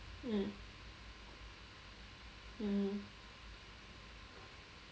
mm mmhmm